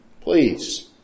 Please